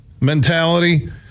mentality